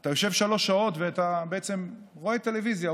אתה יושב שלוש שעות ובעצם אתה רואה טלוויזיה,